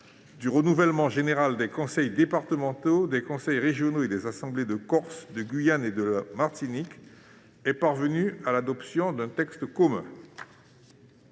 du renouvellement général des conseils départementaux, des conseils régionaux et des assemblées de Corse, de Guyane et de Martinique est parvenue à l'adoption d'un texte commun.